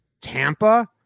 Tampa